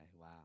wow